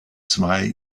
zwei